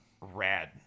rad